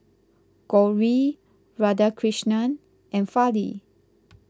Gauri Radhakrishnan and Fali